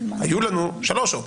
היו לנו שלוש אופציות,